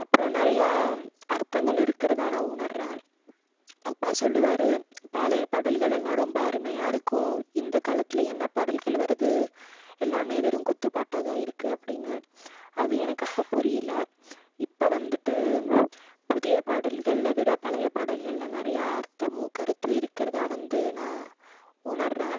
அப்றம் நிறையா அர்த்தங்கள் இருக்கிறதா நான் உணர்கிறேன் அப்பா சொல்லுவார் பழையப் பாடல்களெல்லாம் ரொம்ப அருமையாக இருக்கும் இந்த காலத்தில் என்னப் பாடல்கள் வருது எல்லாமே வெறும் குத்துப்பாட்டாக தான் இருக்குது அப்படின்னு அது எனக்கு அப்போ புரியலை இப்போ வந்துட்டு புதியப் பாடல்களை விட பழையப் பாடல்களில் நிறையா அர்த்தமும் கருத்தும் இருக்கிறதா வந்து நான் உணர்கிறேன்